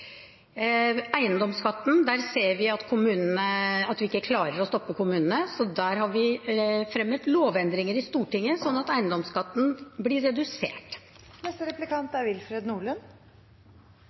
eiendomsskatten, ser vi at vi ikke klarer å stoppe kommunene, så vi har fremmet forslag om lovendringer i Stortinget for at eiendomsskatten skal bli redusert.